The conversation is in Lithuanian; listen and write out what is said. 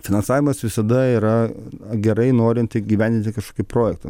finansavimas visada yra gerai norint įgyvendinti kažkokį projektą